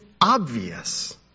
obvious